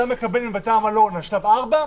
שאתה מקבל על בתי המלון בשלב 4,